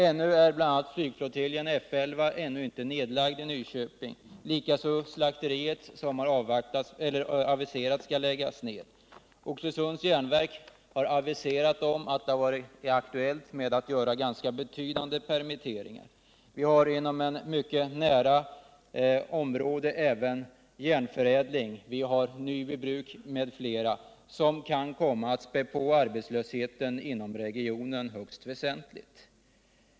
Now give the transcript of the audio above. Flygflottiljen F 11 i Nyköping är ännu inte nedlagd, inte heller slakteriet, för vilket nedläggning har aviserats. Oxelösunds Järnverk har meddelat att det varit aktuellt att göra ganska betydande permitteringar. Vidare har vi på kort avstånd Järnförädling, Nyby Bruk m.fl. företag som kan komma att spä på arbetslösheten inom regionen högst väsentligt.